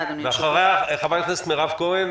ואחריה חברת הכנסת מירב כהן,